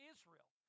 Israel